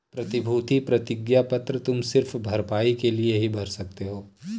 प्रतिभूति प्रतिज्ञा पत्र तुम सिर्फ भरपाई के लिए ही भर सकते हो